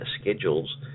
schedules